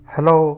Hello